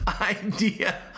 idea